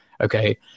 Okay